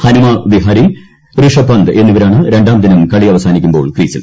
ഹനുമ വിഹാരി റിഷഭ് പന്ത് എന്നിവരാണ് രണ്ടാം ദിനം കളി അവസാനിപ്പിക്കുമ്പോൾ ക്രീസിൽ